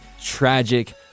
tragic